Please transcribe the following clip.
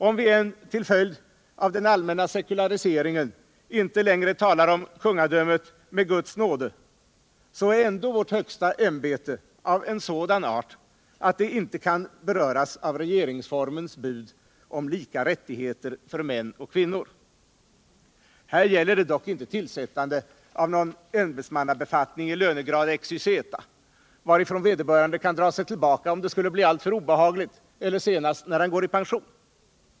Om vi än till följd av den allmänna sekulariseringen inte talar om kungadömet med Guds nåde, är ändå vårt högsta ämbete av sådan art att det inte kan beröras av regeringsformens bud om lika rättigheter för män och kvinnor. Här gäller det dock inte tillsättande av en ämbetsmannabefattning i lönegrad XYZ, varifrån vederbörande kan dra sig tillbaka om det blir alltför obehagligt eller senast vid pensionering.